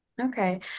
Okay